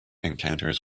encounters